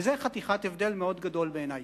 וזו חתיכת הבדל מאוד גדול בעיני.